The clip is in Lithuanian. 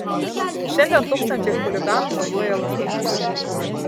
šiandien tūkstančiai chuliganų mojuoja lazdomis